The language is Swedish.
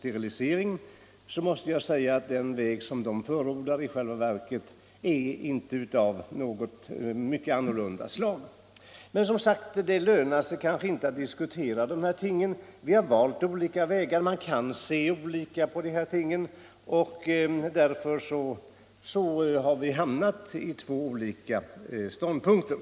sterilisering måste jag säga, att den väg de anvisar i själva verket inte skiljer sig så mycket från den som vi förordar. Men det lönar sig, som sagt, kanske inte att diskutera dessa frågor. Vi har valt olika vägar. Man kan se olika på dessa spörsmål, och därför har vi hamnat på skilda ståndpunkter.